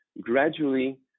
gradually